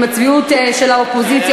עם הצביעות של האופוזיציה,